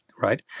right